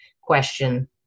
question